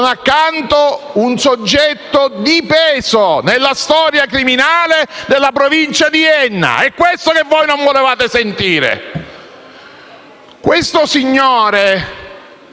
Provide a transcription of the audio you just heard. accanto un soggetto di peso nella storia criminale della Provincia di Enna: è questo che voi non volevate sentire. MANCONI